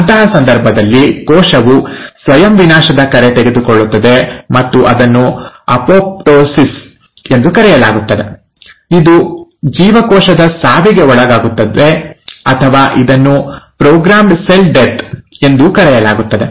ಅಂತಹ ಸಂದರ್ಭದಲ್ಲಿ ಕೋಶವು ಸ್ವಯಂ ವಿನಾಶದ ಕರೆ ತೆಗೆದುಕೊಳ್ಳುತ್ತದೆ ಮತ್ತು ಅದನ್ನು ಅಪೊಪ್ಟೋಸಿಸ್ ಎಂದು ಕರೆಯಲಾಗುತ್ತದೆ ಇದು ಜೀವಕೋಶದ ಸಾವಿಗೆ ಒಳಗಾಗುತ್ತದೆ ಅಥವಾ ಇದನ್ನು ಪ್ರೋಗ್ರಾಮ್ಡ್ ಸೆಲ್ ಡೆತ್ ಎಂದೂ ಕರೆಯಲಾಗುತ್ತದೆ